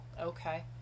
Okay